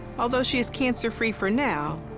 although she is cancer-free for now,